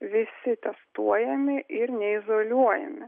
visi testuojami ir neizoliuojami